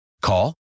Call